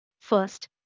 First